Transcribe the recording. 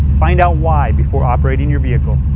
find out why before operating your vehicle.